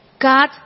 God